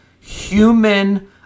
human